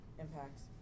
Impacts